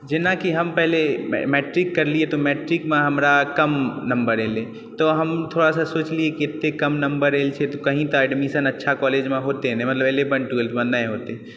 जेनाकि हम पहिले मैट्रिक करलियै तऽ मैट्रिकमे हमरा कम नम्बर एलै तऽ हम थोड़ा सा सोचलियै कि एते कम नम्बर आएल छै तऽ कही तऽ एडमिशन अच्छा कॉलेजमे होतै नहि इलेवन टुएल्वमे नहि होतै